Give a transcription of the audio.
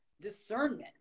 discernment